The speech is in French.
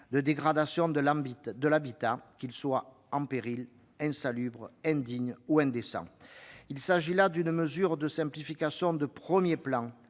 cas d'habitat dégradé, qu'il soit en péril, insalubre, indigne ou indécent. Il s'agit là d'une mesure de simplification de premier plan,